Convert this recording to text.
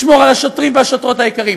לשמור על השוטרים והשוטרות היקרים.